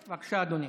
בבקשה, אדוני.